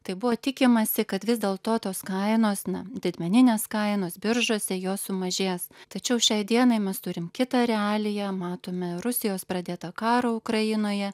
tai buvo tikimasi kad vis dėl to tos kainos na didmeninės kainos biržose jos sumažės tačiau šiai dienai mes turim kitą realiją matome rusijos pradėtą karą ukrainoje